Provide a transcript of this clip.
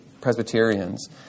Presbyterians